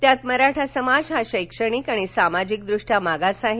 त्यात मराठा समाज हा शैक्षणिक आणि सामाजिक दृष्ट्या मागास आहे